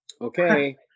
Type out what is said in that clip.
Okay